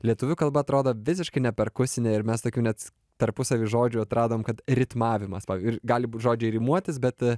lietuvių kalba atrodo visiškai ne perkusinė ir mes tokių net tarpusavy žodžių atradom kad ritmavimas ir gali būt žodžiai rimuotis bet